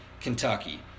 Kentucky